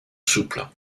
souple